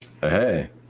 Hey